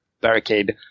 barricade